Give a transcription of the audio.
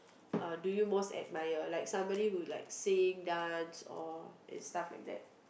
uh do you most admire like somebody who like sing dance or stuff like that